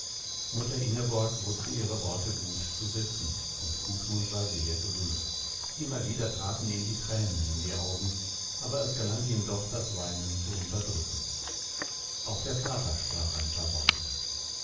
mutter ingeborg wußte ihr worte gut zu setzen und gudmund war sehr gerührt immer wieder traten ihm die tränen in die augen aber es gelang ihm doch das weinen zu unterdrücken auch der vater sprach ein paar worte